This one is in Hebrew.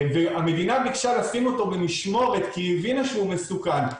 והמדינה ביקשה לשים אותו במשמורת כי היא הבינה שהוא מסוכן,